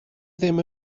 ddim